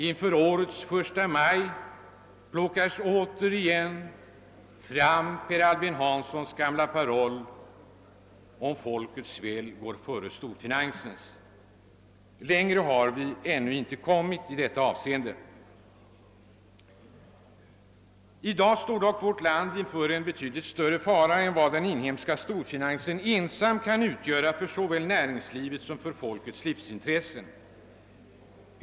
Inför årets första maj plockas återigen fram Per Albin Hanssons gamla paroll om att folkets väl går före storfinansens. Längre har vi inte kommit i det avseendet. I dag står dock vårt land inför en betydligt större fara än vad den inhemska storfinansen ensam kan utgöra för såväl näringslivet som folkets livsintressen.